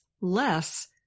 less